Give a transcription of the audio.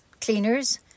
cleaners